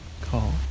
call